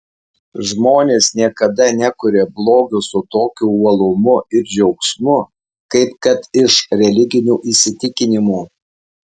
žmonės niekada nekuria blogio su tokiu uolumu ir džiaugsmu kaip kad iš religinių įsitikinimų